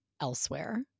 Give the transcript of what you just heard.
elsewhere